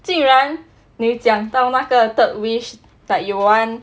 竟然你讲到那个 third wish that you want